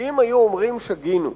כי אם היו אומרים: שגינו,